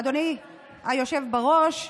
אדוני היושב בראש,